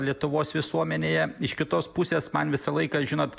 lietuvos visuomenėje iš kitos pusės man visą laiką žinot